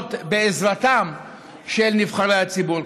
וזאת בעזרתם של נבחרי הציבור.